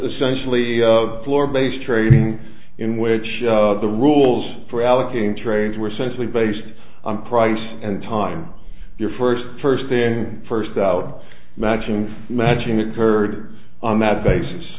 essentially floor based trading in which the rules for allocating trains were sensibly based on price and time your first first in first out matching matching occurred on that basis